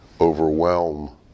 overwhelm